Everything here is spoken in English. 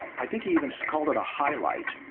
i think he even called it a highlight,